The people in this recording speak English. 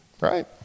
right